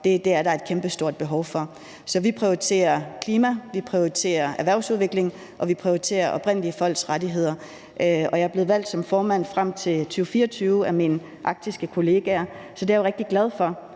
Arktiske Parlamentarikere. Så vi prioriterer klima, vi prioriterer erhvervsudvikling, og vi prioriterer oprindelige folks rettigheder, og jeg er blevet valgt som formand frem til 2024 af mine arktiske kollegaer. Så det er jeg jo rigtig glad for,